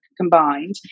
combined